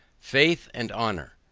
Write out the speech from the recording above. faith and honor.